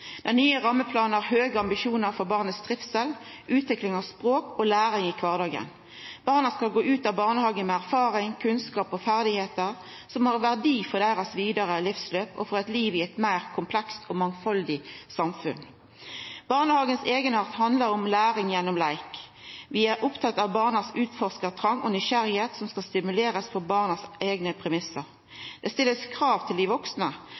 Den nye rammeplanen har høge ambisjonar for trivselen til barna, utvikling av språk og læring i kvardagen. Barna skal gå ut av barnehagen med erfaring, kunnskap og ferdigheiter som har verdi for det vidare livsløpet deira og for eit liv i eit meir komplekst og mangfaldig samfunn. Eigenarten til barnehagen handlar om læring gjennom leik. Vi er opptatt av utforskartrongen og nysgjerrigheita til barna, som det skal stimulerast til på barna sine eigne premissar. Det blir stilt krav til dei vaksne.